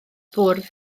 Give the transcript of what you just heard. bwrdd